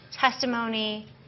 testimony